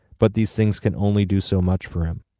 but these things can only do so much for him.